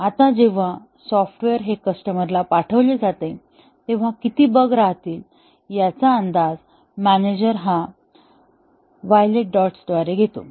आता जेव्हा हे सॉफ्टवेअर हे कस्टमरला पाठवले जाते तेव्हा किती बग राहतील याचा अंदाज मॅनेजर हा या व्हायलेट डॉट्स द्वारे घेतो